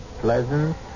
pleasant